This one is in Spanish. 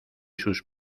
sus